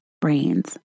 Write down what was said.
brains